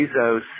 Bezos